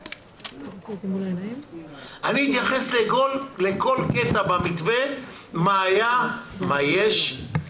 פרק, לכל קטע במתווה, מה היה, מה יש,